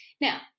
Now